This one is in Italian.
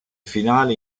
finale